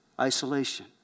Isolation